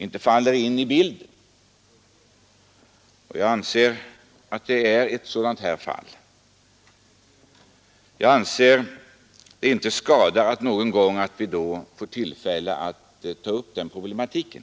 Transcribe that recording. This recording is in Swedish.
Jag anser att det här rör sig om ett sådant fall. Jag tror inte att det skadar om vi någon gång får tillfälle att ta upp den problematiken.